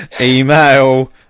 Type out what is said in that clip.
Email